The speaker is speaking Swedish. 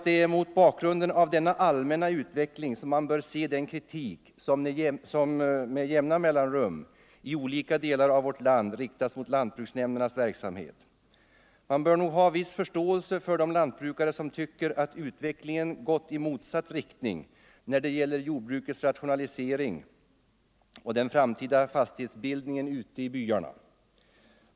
Det är mot bakgrunden av denna allmänna utveckling som man får se den kritik som med jämna mellanrum i olika delar av vårt land riktas mot lantbruksnämndernas verksamhet. Man bör nog ha viss förståelse för de lantbrukare som tycker att utvecklingen har gått i motsatt riktning när det gäller jordbrukets rationalisering och den framtida fastighetsbildningen ute i byarna.